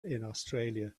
australia